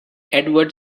edward